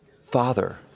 Father